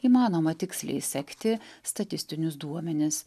įmanoma tiksliai sekti statistinius duomenis